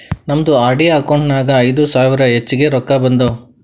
ನಮ್ದು RD account ನಾಗ್ ಐಯ್ದ ಸಾವಿರ ಹೆಚ್ಚಿಗೆ ರೊಕ್ಕಾ ಬಂದಾವ್